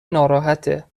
ناراحته